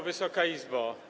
Wysoka Izbo!